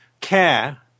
care